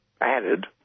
added